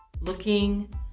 Looking